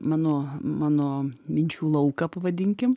mano mano minčių lauką pavadinkim